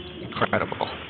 incredible